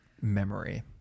memory